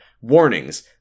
Warnings